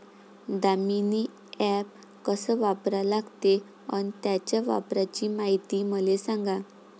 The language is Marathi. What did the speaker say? दामीनी ॲप कस वापरा लागते? अन त्याच्या वापराची मायती मले सांगा